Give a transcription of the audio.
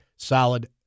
Solid